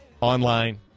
online